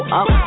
up